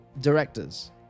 directors